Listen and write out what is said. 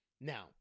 Now